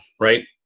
right